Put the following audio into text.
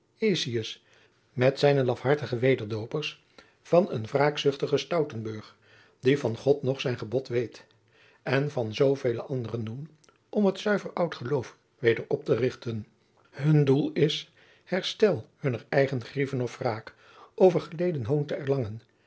met zijne lafhartige wederdoopers van een wraakzuchtigen stoutenburg die van god noch zijn gebod weet en van zoovele anderen doen om het zuiver oud geloof weder op te richten hun doel is herstel hunner eigen grieven of wraak over geleden hoon jacob van lennep de pleegzoon te erlangen